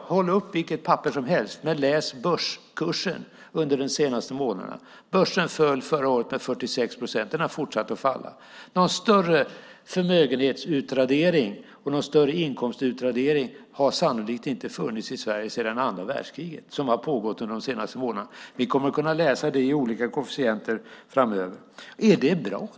hålla upp vilket papper som helst, Monica Green, men läs börskurserna under de senaste månaderna. Börsen föll förra året med 46 procent. Den har fortsatt att falla. Någon större förmögenhetsutradering och någon större inkomstutradering har sannolikt inte funnits i Sverige sedan andra världskriget som den som har pågått de senaste månaderna. Vi kommer att kunna läsa det i olika koefficienter framöver. Är det bra?